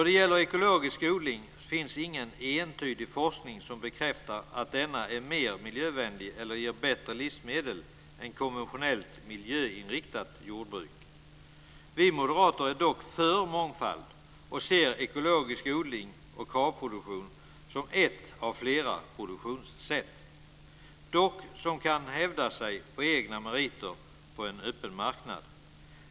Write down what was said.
Det finns ingen entydig forskning som bekräftar att ekologisk odling är mer miljövänlig eller ger bättre livsmedel än ett konventionellt miljöinriktat jordbruk. Vi moderater är för mångfald och ser ekologisk odling och Kravproduktion som ett av flera produktionssätt som kan hävda sig på egna meriter på en öppen marknad.